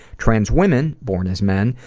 trans women, born as men,